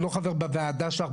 אני לא חבר בוועדה שלך,